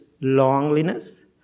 loneliness